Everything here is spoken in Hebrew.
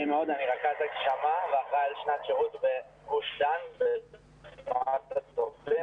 רכז ואחראי על שנת שירות בגוש דן בתנועת הצופים.